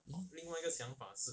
hmm